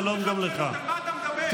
על מה אתה מדבר?